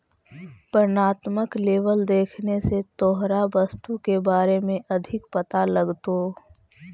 वर्णात्मक लेबल देखने से तोहरा वस्तु के बारे में अधिक पता लगतो